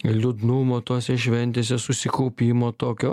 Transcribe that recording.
liūdnumo tose šventėse susikaupimo tokio